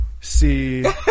see